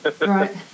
Right